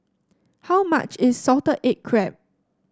how much is Salted Egg Crab